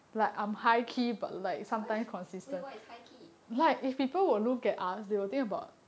what wait what is high key